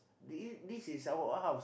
di~ this is our house